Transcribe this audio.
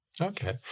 Okay